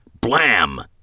blam